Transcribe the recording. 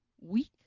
weak